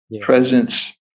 presence